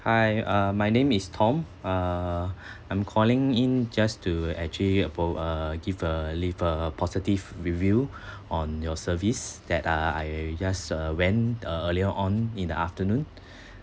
hi uh my name is tom uh I'm calling in just to actually about uh give a leave a positive review on your service that I I just uh went earlier on in the afternoon